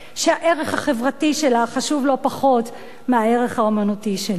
שהערך החברתי שלה חשוב לא פחות מהערך האמנותי שלה.